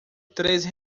três